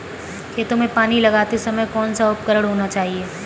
खेतों में पानी लगाते समय कौन सा उपकरण होना चाहिए?